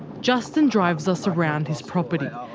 justin drives us around his property,